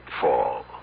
fall